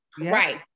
Right